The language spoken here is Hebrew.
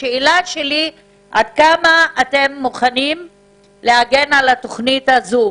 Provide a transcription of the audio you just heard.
שאלתי היא: עד כמה אתם מוכנים להגן על התוכנית הזאת?